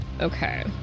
Okay